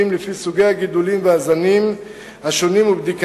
המגדלים היטל